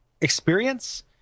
experience